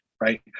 right